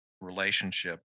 relationship